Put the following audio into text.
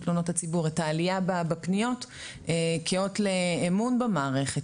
תלונות הציבור את העלייה בפניות כאות לאמון במערכת,